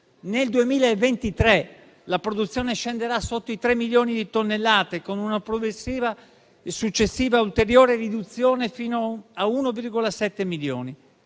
Nel 2023 la produzione scenderà sotto i 3 milioni di tonnellate, con una progressiva e successiva, ulteriore riduzione fino a 1,7 milioni.